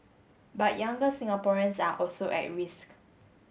but younger Singaporeans are also at risk